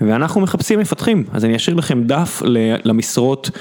ואנחנו מחפשים מפתחים, אז אני אשאיר לכם דף למשרות.